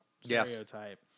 stereotype